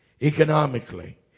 economically